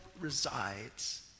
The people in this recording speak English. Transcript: resides